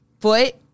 foot